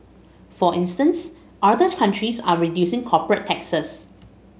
for instance other countries are reducing corporate taxes